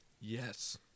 Yes